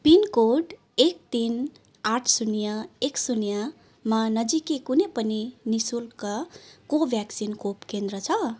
pin code एक तिन आठ शून्य एक शून्यमा नजिकै कुनै पनि नि शुल्क कोभ्याक्सिन खोप केन्द्र छ